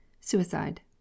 Suicide